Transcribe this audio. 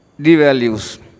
devalues